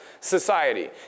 society